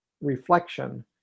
reflection